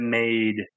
made